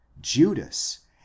Judas